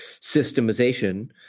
systemization